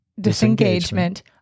disengagement